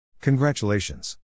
Congratulations